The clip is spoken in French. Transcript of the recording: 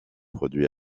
produits